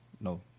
no